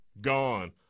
gone